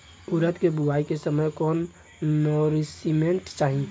उरद के बुआई के समय कौन नौरिश्मेंट चाही?